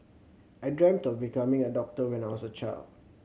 I dreamt of becoming a doctor when I was a child